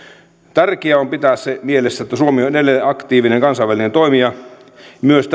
tärkeää on pitää mielessä se että suomi on edelleen aktiivinen kansainvälinen toimija myös